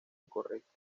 incorrecta